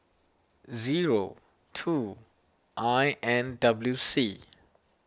zero two I N W C